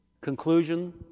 Conclusion